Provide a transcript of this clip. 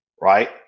right